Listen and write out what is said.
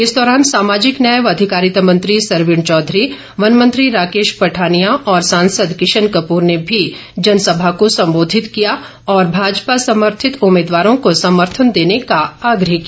इस दौरान सामाजिक न्याय व अधिकारिता मंत्री सरवीण चौधरी वन मंत्री राकेश पठानिया और सांसद किशन कपूर ने भी जनसभा को संबोधित किया और भाजपा समर्थित उम्मीदवारों को समर्थन देने का आग्रह किया